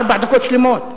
ארבע דקות שלמות.